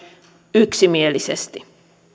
yksimielisesti